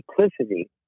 simplicity